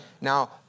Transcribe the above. Now